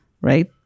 right